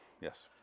Yes